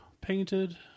painted